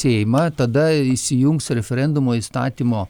seimą tada įsijungs referendumo įstatymo